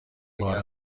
بار